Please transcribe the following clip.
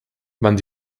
wann